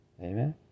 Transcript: Amen